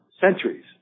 centuries